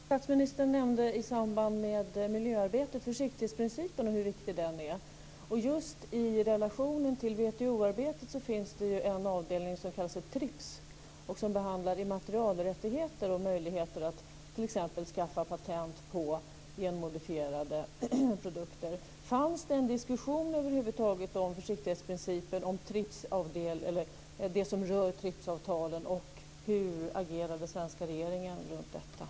Fru talman! Statsministern nämnde i samband med miljöarbetet hur viktig försiktighetsprincipen är. Just i relationen till WTO-arbetet finns det ju en avdelning som kallas TRIPS och som behandlar immaterialrättigheter och möjligheter att t.ex. skaffa patent på genmodifierade produkter. Förekom det över huvud taget någon diskussion om försiktighetsprincipen och om det som rör Trips-avtalen? Hur agerade svenska regeringen i frågan?